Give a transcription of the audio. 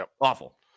awful